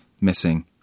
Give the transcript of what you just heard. missing